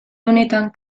honetan